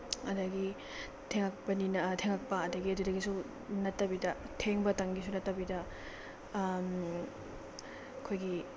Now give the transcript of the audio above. ꯑꯗꯒꯤ ꯊꯦꯡꯉꯛꯄꯅꯤꯅ ꯊꯦꯡꯉꯛꯄ ꯑꯗꯒꯤ ꯑꯗꯨꯗꯒꯤ ꯁꯨꯝ ꯅꯠꯇꯕꯤꯗ ꯊꯦꯡꯕꯇꯪꯒꯤꯁꯨ ꯅꯠꯇꯕꯤꯗ ꯑꯩꯈꯣꯏꯒꯤ